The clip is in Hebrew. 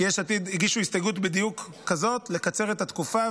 כי יש עתיד הגישו הסתייגות בדיוק כזו: לקצר את התקופה,